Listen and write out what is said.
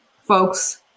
folks